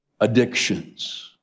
Addictions